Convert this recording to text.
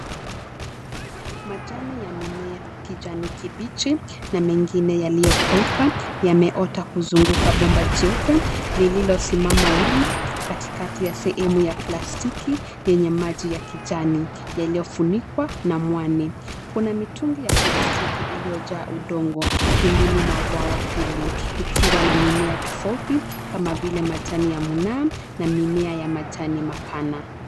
Majani ya mimea ni kijani kibichi na mengine yaliyo kauka yameota kuzunguka bomba jeupe lililo simama wima katikati ya sehemu ya plastiki yenye maji ya kijani yaliyofunikwa na mwani kuna mitungi ya plastiki iliyojaa udongo pembeni mwa bawa hili ikiwa na mimea tofauti kama vile majani ya munaa na mimea ya majani mapana.